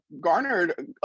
garnered